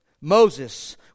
Moses